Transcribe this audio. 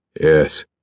Yes